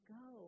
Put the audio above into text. go